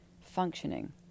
functioning